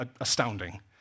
astounding